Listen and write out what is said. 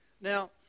Now